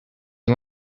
you